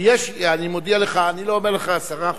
כי יש, אני מודיע לך, אני לא אומר לך 10%